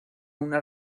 una